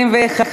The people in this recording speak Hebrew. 21,